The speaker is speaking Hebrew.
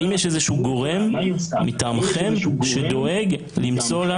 האם יש איזשהו גורם מטעמכם שדואג למצוא לה